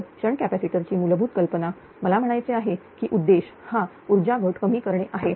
तर shunt capacitor ची मूलभूत कल्पना मला म्हणायचे आहे की उद्देश हा उर्जा घट कमी करणे आहे